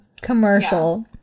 Commercial